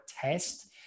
test